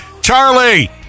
Charlie